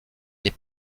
les